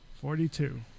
Forty-two